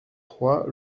trois